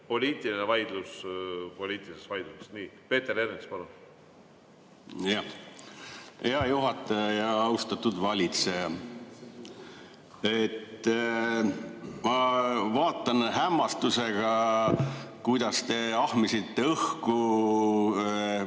Poliitiline vaidlus poliitiliseks vaidluseks. Nii, Peeter Ernits, palun! Hea juhataja! Austatud valitseja! Ma vaatasin hämmastusega, kuidas te ahmisite